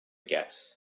guess